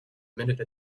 minute